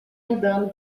andando